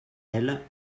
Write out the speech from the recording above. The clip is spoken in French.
elles